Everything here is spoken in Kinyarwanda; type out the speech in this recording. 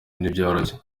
ntibyoroshye